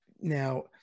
now